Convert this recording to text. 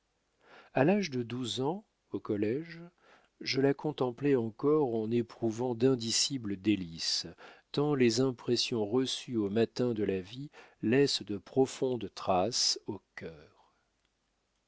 a l'âge de douze ans au collége je la contemplais encore en éprouvant d'indicibles délices tant les impressions reçues au matin de la vie laissent de profondes traces au cœur